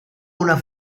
una